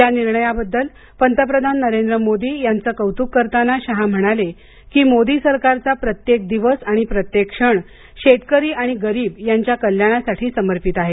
या निर्णयाबद्दल पंतप्रधान नरेंद्र मोदी यांचं कौतुक करताना शहा म्हणाले की मोदी सरकारचा प्रत्येक दिवस आणि प्रत्येक क्षण शेतकरी आणि गरीब यांच्या कल्याणासाठी समर्पित आहे